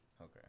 Okay